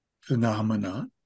phenomena